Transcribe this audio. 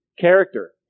character